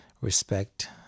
respect